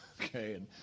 okay